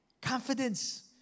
Confidence